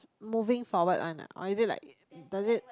moving forward one ah or is it like does it